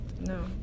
No